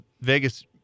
Vegas